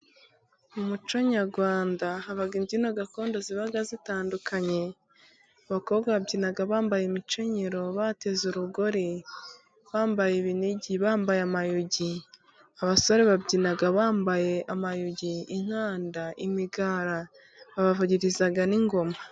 Mu muco nyarwanda haba imbyino gakondo ziba zitandukanye abakobwa babyina bambaye imicyenyero bateze urugori, bambaye ibinigi bambaye amayugi, abasore babyina bambaye amayugi inkanda, imigara babavugiriza n'ingoma.